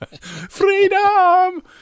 freedom